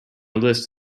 list